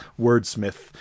wordsmith